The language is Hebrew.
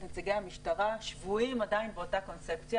נציגי המשטרה שבויים עדיין באותה קונספציה.